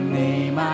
name